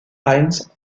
heinz